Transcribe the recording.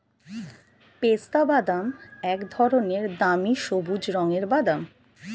পেস্তাবাদাম এক ধরনের দামি সবুজ রঙের বাদাম